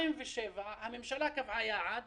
הממשלה קבעה יעד